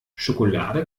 schokolade